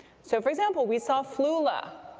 so for example, we saw flula,